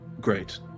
great